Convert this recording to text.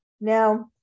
Now